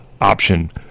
option